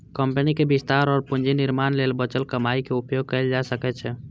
कंपनीक विस्तार और पूंजी निर्माण लेल बचल कमाइ के उपयोग कैल जा सकै छै